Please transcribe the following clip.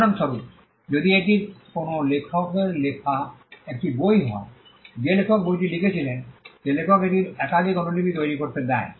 উদাহরণস্বরূপ যদি এটি কোনও লেখকের লেখা একটি বই হয় যে লেখক বইটি লিখেছিলেন যে লেখক এটির একাধিক অনুলিপি তৈরি করতে দেয়